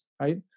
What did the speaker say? right